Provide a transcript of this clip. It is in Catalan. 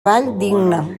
valldigna